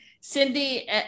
Cindy